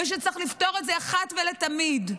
ושצריך לפתור את זה אחת ולתמיד.